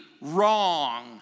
wrong